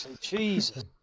Jesus